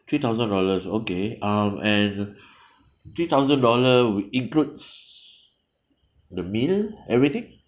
three thousand dollars okay um and three thousand dollar includes the meal everything